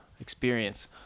experience